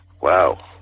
Wow